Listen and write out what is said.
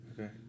Okay